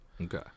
Okay